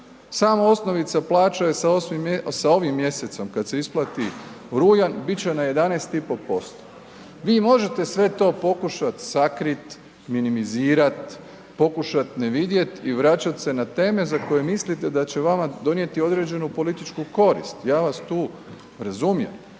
Samo osnovica plaće sa ovim mjesecom kad se isplati rujan, bit će na 11,5%. Vi možete sve to pokušati sakriti, minimizirat, pokušati ne vidjet i vraćat se na teme za koje mislite da će vama donijeti određenu političku korist, ja vas tu razumijem,